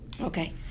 okay